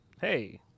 hey